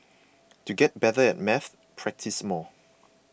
to get better at maths practise more